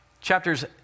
Chapters